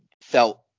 felt